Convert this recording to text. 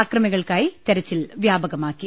അക്രമികൾക്കായി തെരച്ചിൽ വ്യാപ കമാക്കി